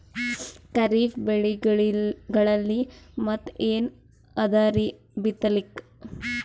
ಖರೀಫ್ ಬೆಳೆಗಳಲ್ಲಿ ಮತ್ ಏನ್ ಅದರೀ ಬಿತ್ತಲಿಕ್?